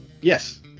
Yes